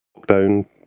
Lockdown